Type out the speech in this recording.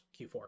Q4